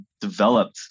developed